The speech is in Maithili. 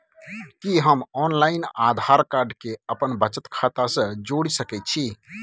कि हम ऑनलाइन आधार कार्ड के अपन बचत खाता से जोरि सकै छी?